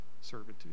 servitude